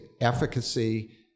efficacy